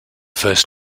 first